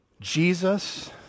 Jesus